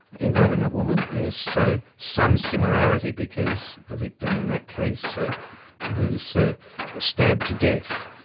involving a woman, yes, so some similarity, because the victim in that case ah was ah stabbed to death.